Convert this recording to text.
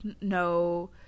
no